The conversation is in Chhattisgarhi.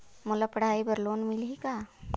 मोला पढ़ाई बर लोन मिलही का?